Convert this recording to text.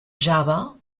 java